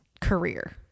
career